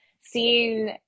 seeing